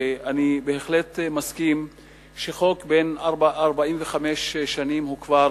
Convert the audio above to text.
ואני בהחלט מסכים שחוק בן 45 שנים כבר